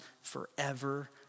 forever